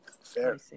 fair